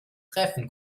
treffen